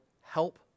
help